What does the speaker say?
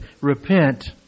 repent